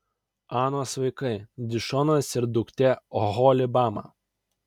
anos vaikai dišonas ir duktė oholibama